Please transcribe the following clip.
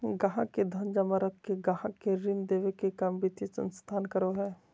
गाहक़ के धन जमा रख के गाहक़ के ऋण देबे के काम वित्तीय संस्थान करो हय